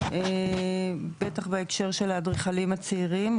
בטח בהקשר של האדריכלים הצעירים.